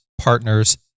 partners